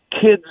kids